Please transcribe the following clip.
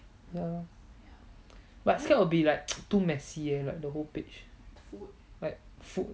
ya but scared will be like too messy eh the whole page like food